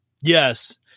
Yes